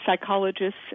psychologists